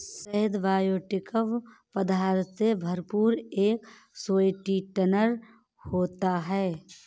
शहद बायोएक्टिव पदार्थों से भरपूर एक स्वीटनर होता है